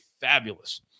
fabulous